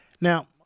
Now